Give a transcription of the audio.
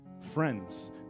friends